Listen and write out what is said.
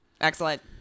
Excellent